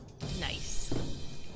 nice